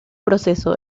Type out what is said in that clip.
proceso